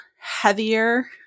heavier